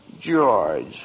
George